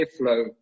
airflow